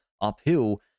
uphill